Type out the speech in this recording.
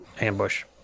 ambush